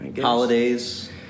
Holidays